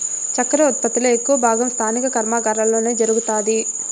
చక్కర ఉత్పత్తి లో ఎక్కువ భాగం స్థానిక కర్మాగారాలలోనే జరుగుతాది